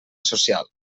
social